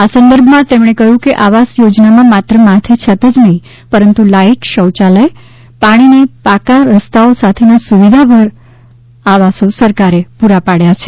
આ સંદર્ભમાં તેમણે કહ્યું કે આવાસ યોજનામાં માત્ર માથે છત જ નહીં પરંતુ લાઇટ શૌચાલય પાણી ને પાકા રસ્તાઓ સાથેના સુવિધાસભર આવાસો સરકારે પૂરા પાડ્યા છે